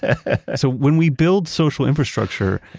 and so when we build social infrastructure,